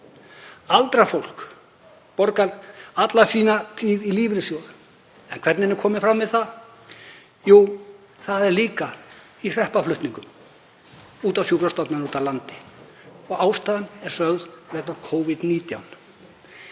Aldrað fólk borgar alla sína tíð í lífeyrissjóð. En hvernig er komið fram við það? Jú, það er líka flutt hreppaflutningum á sjúkrastofnanir úti á landi og ástæðan er sögð vera Covid-19.